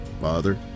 father